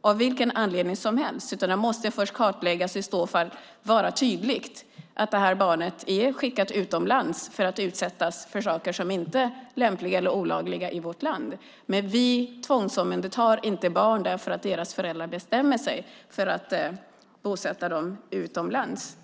av vilken anledning som helst. Det måste först kartläggas i så fall och vara tydligt att barnet är skickat utomlands för att utsättas för saker som inte är lämpliga eller är olagliga i vårt land. Vi tvångsomhändertar inte barn för att deras föräldrar bestämmer sig för att barnen ska bo utomlands.